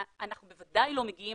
בוודאי לא מגיעים